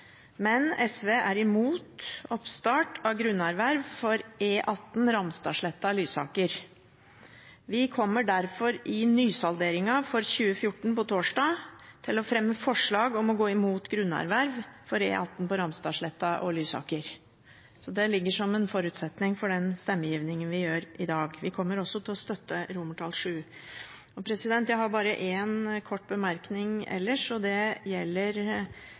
men SV er imot oppstart av grunnerverv for E18 Ramstadsletta–Lysaker. Vi kommer derfor i nysalderingen for 2014, som skal skje på torsdag, til å fremme forslag om å gå imot grunnerverv for E18 Ramstadsletta–Lysaker. Det ligger som en forutsetning for stemmegivingen vår i dag. Vi kommer også til å støtte VII. Ellers har jeg bare én kort bemerkning, og det gjelder